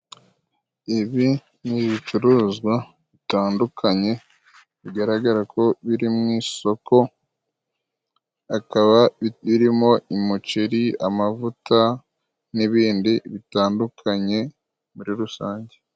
Ibi ni ibicuruzwa bitandukanye bigaragara ko biri mu isoko. Akaba birimo umuceri, amavuta n'ibindi bitandukanye muri rusange.